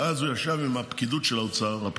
ואז הוא ישב עם הפקידוּת הבכירה